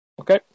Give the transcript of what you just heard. okay